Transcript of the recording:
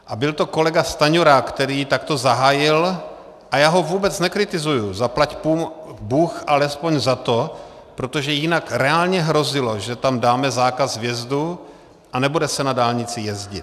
A byl to kolega Stanjura, který takto zahájil a já ho vůbec nekritizuji, zaplať bůh alespoň za to, protože jinak reálně hrozilo, že tam dáme zákaz vjezdu a nebude se na dálnici jezdit.